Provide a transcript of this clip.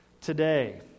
today